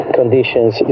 conditions